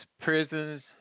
Prisons